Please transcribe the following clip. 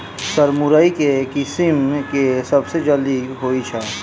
Sir मुरई केँ किसिम केँ सबसँ जल्दी होइ छै?